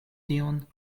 tion